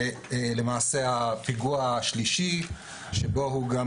למעשה הפיגוע השלישי שבעקבותיו הוא גם